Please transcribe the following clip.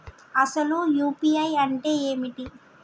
అసలు యూ.పీ.ఐ అంటే ఏమిటి?